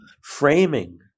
framing